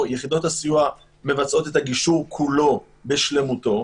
יחידות הסיוע מבצעות את הגישור כולו בשלמותו,